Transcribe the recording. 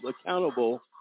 accountable